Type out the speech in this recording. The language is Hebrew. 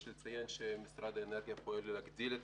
יש לציין שמשרד האנרגיה פועל להגדיל את